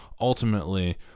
Ultimately